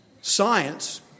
Science